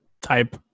type